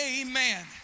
Amen